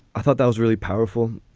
i thought that was really powerful.